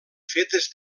fetes